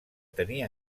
tenir